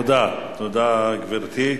תודה, גברתי.